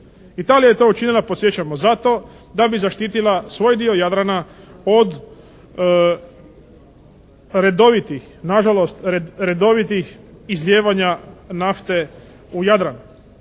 Italija je to učinila podsjećamo zato da bi zaštitila svoj dio Jadrana od redovitih nažalost redovitih izlijevanja nafte u Jadranu.